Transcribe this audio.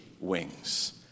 wings